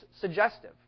suggestive